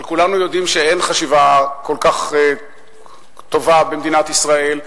אבל כולנו יודעים שאין חשיבה כל כך טובה במדינת ישראל.